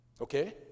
Okay